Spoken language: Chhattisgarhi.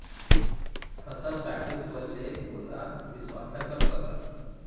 फसल काटे ऊपर ले ओला मिंसवाथा कब कका?